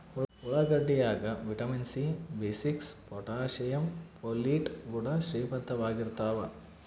ಉಳ್ಳಾಗಡ್ಡಿ ಯಾಗ vitamin C B six potassium folate ಗುಣ ಶ್ರೀಮಂತವಾಗಿರ್ತಾವ